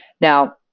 now